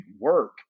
work